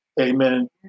Amen